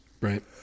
Right